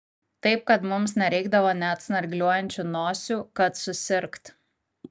taip kad mums nereikdavo net snargliuojančių nosių kad susirgt